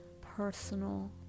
personal